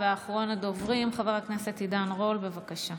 אחרון הדוברים, חבר הכנסת עידן רול, בבקשה.